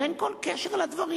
ואין כל קשר לדברים.